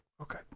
Okay